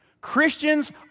Christians